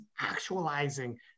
actualizing